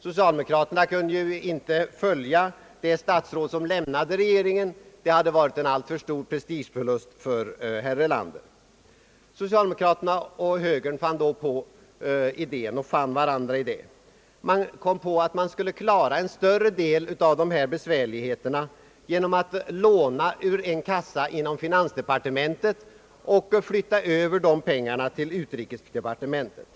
Socialdemokraterna kunde ju inte följa det statsråds förslag som lämnat regeringen, ty det hade varit en alltför stor prestigeförlust för herr Erlander. Socialdemokraterna och högern kom då på idén — och i den fann de varandra — att man skulle kunna klara en större del av dessa besvärligheter genom att låna ur en kassa inom finansdepartementet och flytta över pengarna till utrikesdepartementet.